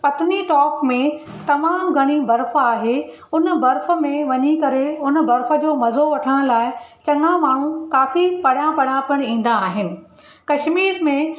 पटनी टोप में तमामु घणी बर्फ़ आहे उन बर्फ़ में वञी करे हुन बर्फ़ जो मज़ो वठण लाइ चङा माण्हू काफ़ी परियां परियां पिणु ईंदा आहिनि कशमीर में